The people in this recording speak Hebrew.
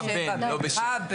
הבן, לא בשם.